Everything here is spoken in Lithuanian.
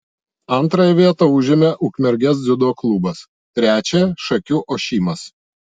antrąją vietą užėmė ukmergės dziudo klubas trečiąją šakių ošimas